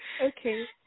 Okay